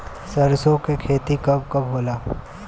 सरसों के खेती कब कब होला?